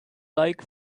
like